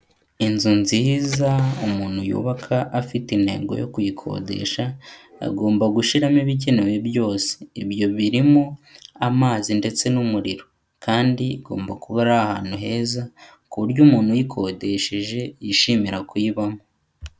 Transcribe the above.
Inzu nziza umuntu yubaka afite intego yo kuyikodesha agomba gushiramo ibikenewe byose, ibyo birimo amazi ndetse n'umuriro kandi igomba kuba ari ahantu heza ku buryo umuntu uyikodesheje yishimira kuyibamo.